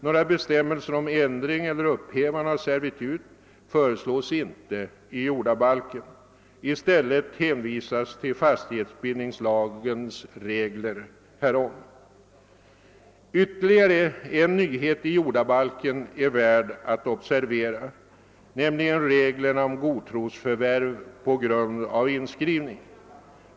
Några bestämmelser om ändring eller upphävande av servitut föreslås inte i jordabalken. I stället hänvisas till fastighetsbildningslagens regler härom. Ytterligare en nyhet i jordabalken är värd att observeras, nämligen reglerna om godtrosförvärv på grund av inskrivning.